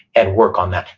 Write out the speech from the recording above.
and work on that?